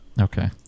Okay